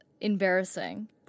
embarrassing